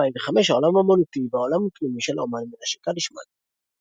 העולם האמנותי והעולם הפנימי של האמן מנשה קדישמן.